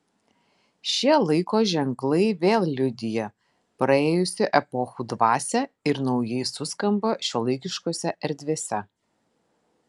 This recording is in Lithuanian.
šie laiko ženklai vėl liudija praėjusių epochų dvasią ir naujai suskamba šiuolaikiškose erdvėse